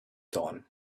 dawn